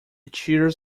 cheers